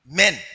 men